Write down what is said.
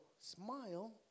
smile